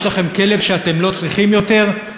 יש לכם כלב שאתם לא צריכים יותר?